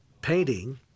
painting